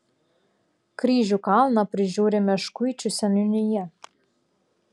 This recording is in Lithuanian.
kryžių kalną prižiūri meškuičių seniūnija